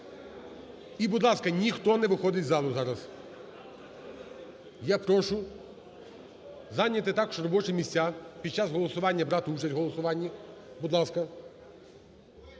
І, будь ласка, ніхто не виходить з залу зараз. Я прошу зайняти також робочі місця, під час голосування брати участь в